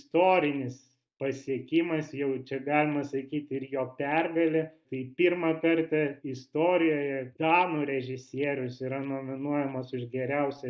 istorinis pasiekimas jau čia galima sakyti ir jo pergalė tai pirmą kartą istorijoje danų režisierius yra nominuojamas už geriausią